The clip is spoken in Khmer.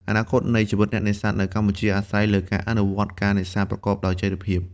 អនាគតនៃជីវិតអ្នកនេសាទនៅកម្ពុជាអាស្រ័យលើការអនុវត្ត ការនេសាទប្រកបដោយចីរភាព។